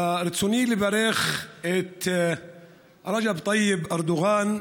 ברצוני לברך את רג'פ טאיפ ארדואן,